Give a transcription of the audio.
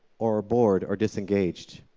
or bored, or disengaged.